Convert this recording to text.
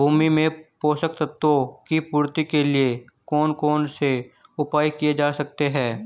भूमि में पोषक तत्वों की पूर्ति के लिए कौन कौन से उपाय किए जा सकते हैं?